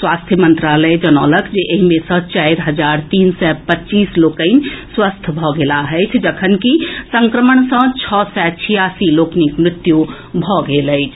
स्वास्थ्य मंत्रालय जनौलक जे एहि मे सँ चारि हजार तीन सय पच्चीस लोकनि स्वस्थ भऽ गेलाह अछि जखनकि संक्रमण सँ छओ सय छियासी लोकनिक मृत्यु भऽ गेल अछि